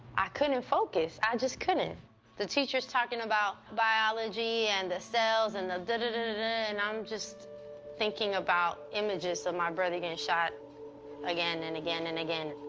i couldn't focus, i just couldn't. the teacher's talking about biology and the cells and the da-da-da-da-da, and i'm just thinking about images of my brother getting shot again, and again, and again.